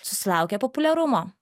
susilaukė populiarumo